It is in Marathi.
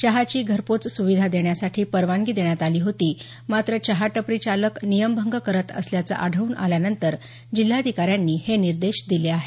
चहाची घरपोच सुविधा देण्यासाठी परवानगी देण्यात आली होती मात्र चहा टपरी चालक नियमभंग करत असल्याचं आढळून आल्यानंतर जिल्हाधिकाऱ्यांनी हे निर्देश दिले आहेत